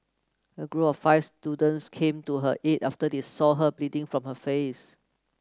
a group of five students came to her aid after they saw her bleeding from her face